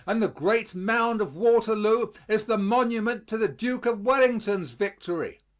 and the great mound of waterloo is the monument to the duke of wellington's victory.